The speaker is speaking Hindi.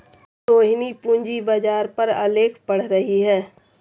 रोहिणी पूंजी बाजार पर आलेख पढ़ रही है